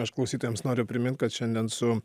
aš klausytojams noriu primint kad šiandien su